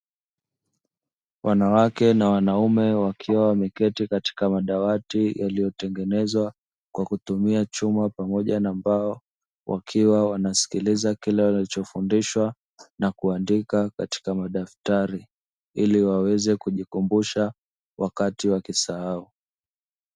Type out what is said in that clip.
Wanawake na wanaume wakiwa wameketi katika madawati yaliyotengenezwa kwa kutumia chuma pamoja na mbao, wakiwa wanasikiliza kile walichofundishwa na kuandika katika madaftari iliwaweze kujikumbusha wakati wakisahau.